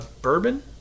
bourbon